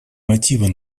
мотивы